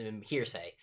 hearsay